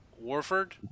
Warford